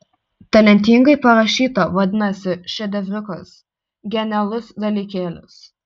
talentingai parašyta vadinasi šedevriukas genialus dalykėlis